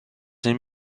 این